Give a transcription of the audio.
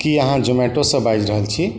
की अहाँ जोमैटोसँ बाजि रहल छी